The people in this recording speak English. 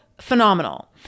phenomenal